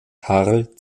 karl